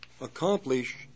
accomplish